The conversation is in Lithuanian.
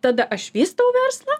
tada aš vystau verslą